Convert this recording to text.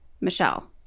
Michelle